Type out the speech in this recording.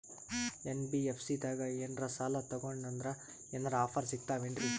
NBFC ದಾಗ ಏನ್ರ ಸಾಲ ತೊಗೊಂಡ್ನಂದರ ಏನರ ಆಫರ್ ಸಿಗ್ತಾವೇನ್ರಿ?